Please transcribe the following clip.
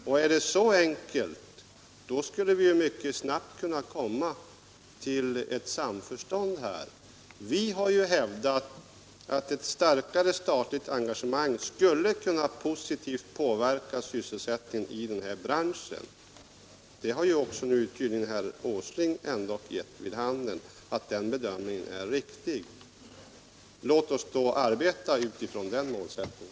Om det är så enkelt skulle vi mycket snabbt kunna komma fram till ett samförstånd. Vi har ju hävdat att ett starkare statligt engagemang positivt skulle kunna påverka sysselsättningen i den här branschen. Herr Åslings yttranden ger vid handen att den bedömningen är riktig. Låt oss då arbeta utifrån den målsättningen.